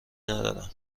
ندارم